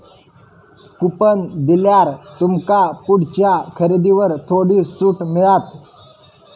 coupon दिल्यार तुमका पुढच्या खरेदीवर थोडी सूट मिळात